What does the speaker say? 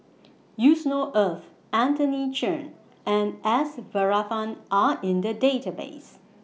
Yusnor Ef Anthony Chen and S Varathan Are in The Database